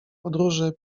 podróży